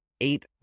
eight